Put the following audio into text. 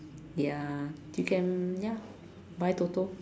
ya you can ya buy toto